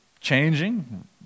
changing